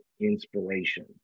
inspiration